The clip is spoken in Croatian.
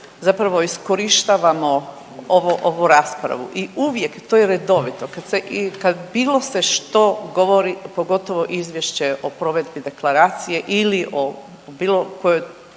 zapravo iskorištavamo ovu raspravu i uvijek, to je redovito kad bilo se što govori pogotovo izvješće o provedbi deklaracije ili o bilo kojoj